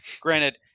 Granted